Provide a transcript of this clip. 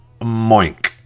moink